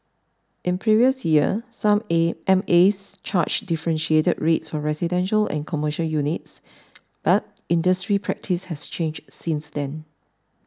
in previous years some A M As charged differentiated rates for residential and commercial units but industry practice has changed since then